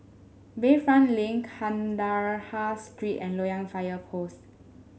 Bayfront Link Kandahar Street and Loyang Fire Post